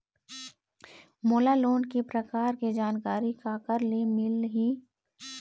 मोला लोन के प्रकार के जानकारी काकर ले मिल ही?